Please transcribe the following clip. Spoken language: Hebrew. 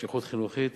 שליחות חינוכית,